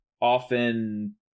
often